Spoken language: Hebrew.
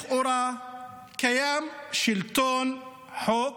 לכאורה קיים שלטון חוק